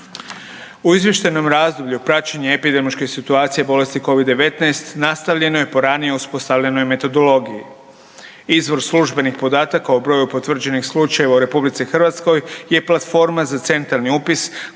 U izvještajnom razdoblju praćenje epidemiološke situacija bolesti Covid-19 nastavljeno je po ranije uspostavljenoj metodologiji. Izvor službenih podataka o broju potvrđenih slučajeva u RH je platforma za centrali upis